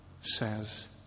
says